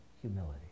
humility